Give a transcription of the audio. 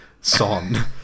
son